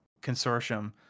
Consortium